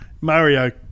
Mario